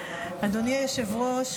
היושב-ראש.